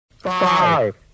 Five